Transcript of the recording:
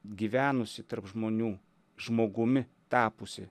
gyvenusi tarp žmonių žmogumi tapusį